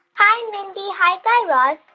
hi, mindy. hi, guy raz.